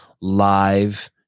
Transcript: live